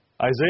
Isaiah